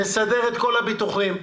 נסדר את כל הביטוחים.